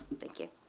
thank you.